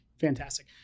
fantastic